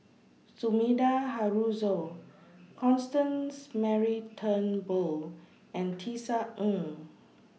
Sumida Haruzo Constance Mary Turnbull and Tisa Ng